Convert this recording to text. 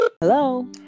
hello